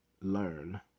learn